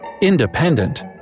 Independent